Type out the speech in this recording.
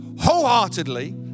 wholeheartedly